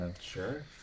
sure